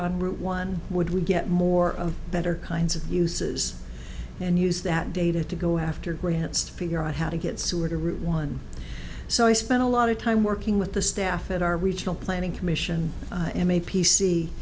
on route one would we get more of better kinds of uses and use that data to go after grants to figure out how to get sewer to route one so i spent a lot of time working with the staff at our regional planning commission i am a p c